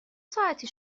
ساعتی